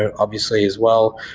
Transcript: ah obviously as well.